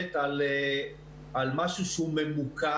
מדברת על משהו שהוא ממוקד,